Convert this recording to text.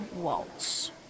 Waltz